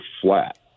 flat